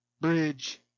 bridge